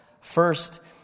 first